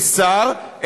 כשר,